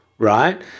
Right